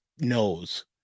knows